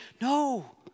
No